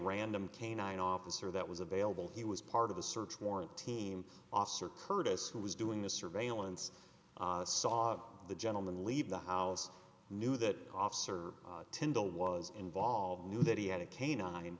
random canine officer that was available he was part of the search warrant team officer curtis who was doing the surveillance saw the gentleman leave the house knew that officer tyndall was involved knew that he had a canine